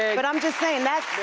ah but i'm just saying